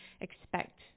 expect